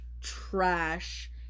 trash